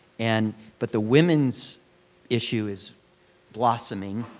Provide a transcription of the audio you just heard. and but the women's issue is blossoming.